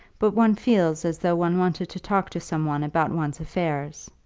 but one feels as though one wanted to talk to some one about one's affairs.